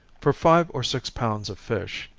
for five or six pounds of fish,